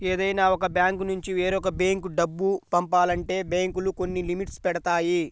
ఏదైనా ఒక బ్యాంకునుంచి వేరొక బ్యేంకు డబ్బు పంపాలంటే బ్యేంకులు కొన్ని లిమిట్స్ పెడతాయి